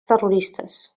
terroristes